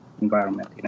environment